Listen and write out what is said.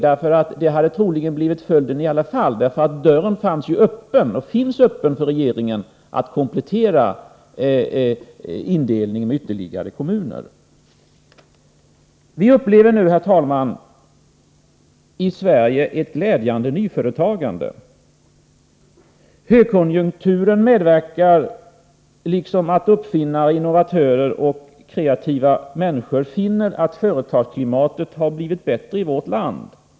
Det hade troligen gjorts ändå, eftersom det står öppet för regeringen att komplettera indelningen med ytterligare kommuner. Vi upplever nu, herr talman, i Sverige ett glädjande nyföretagande. Till detta medverkar högkonjunkturen liksom det förhållandet att uppfinnare, innovatörer och kreativa människor finner att företagsklimatet har blivit bättre i vårt land.